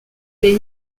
les